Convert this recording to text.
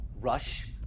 Rush